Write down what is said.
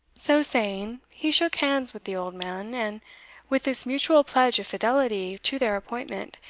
so saying he shook hands with the old man, and with this mutual pledge of fidelity to their appointment,